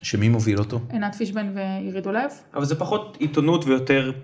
‫שמי מוביל אותו? ‫-עינת פישביין ועירית דולב. ‫אבל זה פחות עיתונות ויותר...